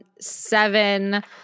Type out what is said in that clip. seven